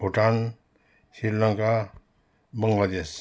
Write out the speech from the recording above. Bhutan Sri Lanka Bangladesh